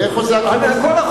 איפה הכינוס?